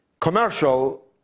commercial